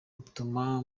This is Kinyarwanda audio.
utuma